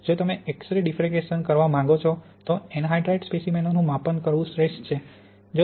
જો તમે X ray diffraction કરવા માગો છો તો અનડ્રાઇડ સ્પેસીમેનઓનું માપન કરવું શ્રેષ્ઠ છે